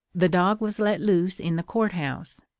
the dog was let loose in the court-house,